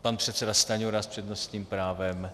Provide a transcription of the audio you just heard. Pan předseda Stanjura s přednostním právem.